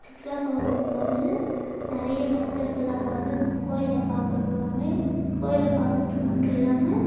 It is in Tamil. சித்ராபவுர்ணமிக்கு வந்து நிறைய பக்தர்கள் அங்கே வந்து கோயிலில் பார்க்க போவாங்க இந்த கோயில் பார்க்குறது மட்டும் இல்லாமல்